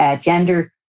gender